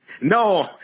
No